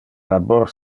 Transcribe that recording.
labor